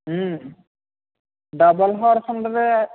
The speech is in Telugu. డబల్ హార్స్ ఉంటుంది